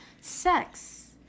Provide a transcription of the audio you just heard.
sex